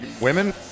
women